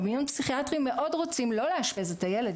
במיון פסיכיאטרי מאוד רוצים לא לאשפז את הילד,